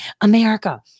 America